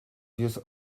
views